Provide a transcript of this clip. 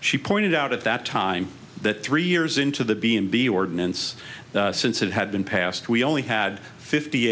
she pointed out at that time that three years into the b and b ordinance since it had been passed we only had fifty